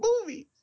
movies